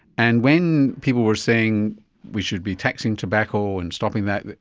and when people were saying we should be taxing tobacco and stopping that,